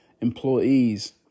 employees